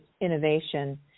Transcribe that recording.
Innovation